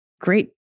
great